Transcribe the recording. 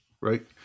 right